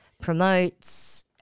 promotes